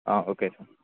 okay sir